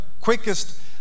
quickest